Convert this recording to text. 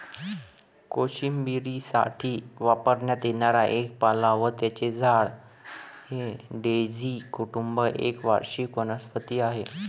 कोशिंबिरीसाठी वापरण्यात येणारा एक पाला व त्याचे झाड हे डेझी कुटुंब एक वार्षिक वनस्पती आहे